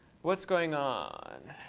what's going on?